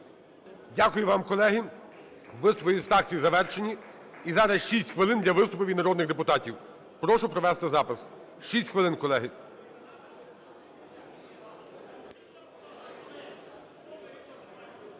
Дякую вам, колеги. Виступи від фракцій завершені. І зараз 6 хвилин для виступів народних депутатів. Прошу провести запис. 6 хвилин, колеги.